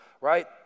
right